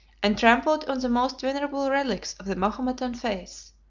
and trampled on the most venerable relics of the mahometan faith.